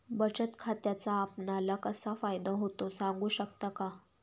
बचत खात्याचा आपणाला कसा फायदा होतो? सांगू शकता का?